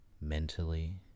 mentally